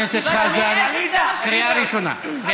חבר הכנסת חזן, קריאה ראשונה.